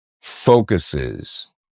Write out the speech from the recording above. focuses